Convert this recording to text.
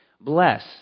Bless